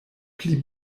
pli